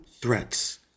threats